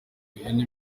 ihene